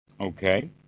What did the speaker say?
Okay